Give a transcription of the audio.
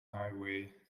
highway